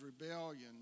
rebellion